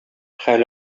хәл